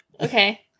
Okay